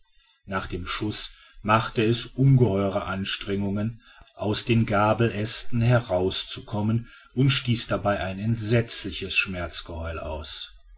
nach dem schuß machte es ungeheure anstrengungen aus den gabelästen heraus zu kommen und stieß dabei ein entsetzliches schmerzgeheul aus